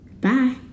Bye